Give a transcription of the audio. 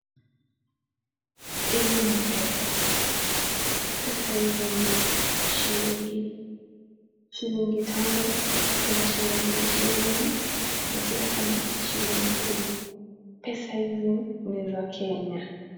Hizi ni pesa, pesa hizi ni shilingi tano, shilingi ishirini na shilingi kumi. Pesa hizi ni za Kenya.